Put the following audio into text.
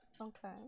Okay